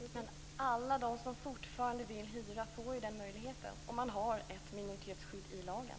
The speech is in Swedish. Fru talman! Men alla de som vill fortsätta att hyra sina lägenheter får ju den möjligheten, och det finns ett minoritetsskydd i lagen.